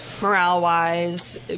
morale-wise